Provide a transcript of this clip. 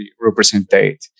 represented